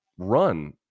run